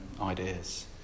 ideas